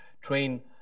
train